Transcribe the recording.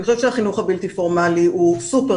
אני חושבת שהחינוך הבלתי פורמלי הוא סופר